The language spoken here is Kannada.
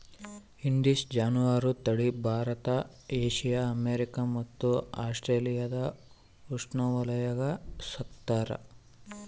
ಇಂಡಿಸಿನ್ ಜಾನುವಾರು ತಳಿ ಭಾರತ ಏಷ್ಯಾ ಅಮೇರಿಕಾ ಮತ್ತು ಆಸ್ಟ್ರೇಲಿಯಾದ ಉಷ್ಣವಲಯಾಗ ಸಾಕ್ತಾರ